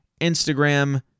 Instagram